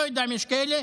אני לא יודע אם יש כאלה,